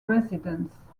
residence